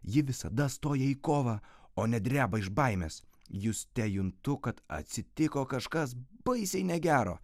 ji visada stoja į kovą o ne dreba iš baimės juste juntu kad atsitiko kažkas baisiai negero